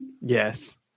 Yes